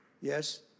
Yes